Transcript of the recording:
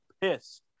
pissed